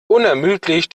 unermüdlich